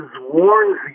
warns